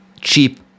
cheap